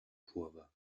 kurve